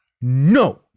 No